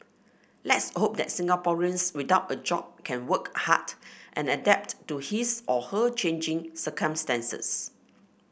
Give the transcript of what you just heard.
let's hope that Singaporeans without a job can work hard and adapt to his or her changing circumstances